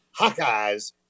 Hawkeyes